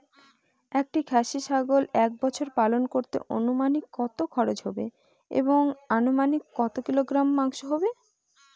একটি খাসি ছাগল এক বছর পালন করতে অনুমানিক কত খরচ হবে এবং অনুমানিক কত কিলোগ্রাম মাংস হবে?